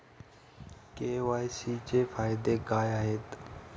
KYC चे फायदे काय आहेत?